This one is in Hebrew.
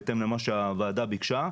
בהתאם למה שהוועדה ביקשה,